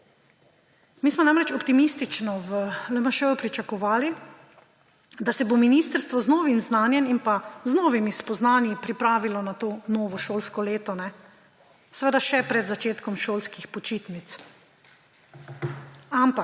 Mi smo namreč optimistično v LMŠ pričakovali, da se bo ministrstvo z novim znanjem in z novimi spoznanji pripravilo na to novo šolsko leto, seveda še pred začetkom šolskih počitnic,